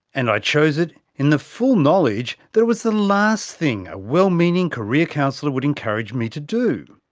and i chose it in the full knowledge that it was the last thing a well-meaning career counsellor would encourage me to do.